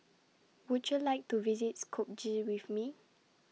Would YOU like to visit Skopje with Me